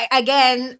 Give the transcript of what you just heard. again